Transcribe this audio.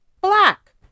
black